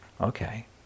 okay